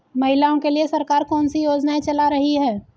महिलाओं के लिए सरकार कौन सी योजनाएं चला रही है?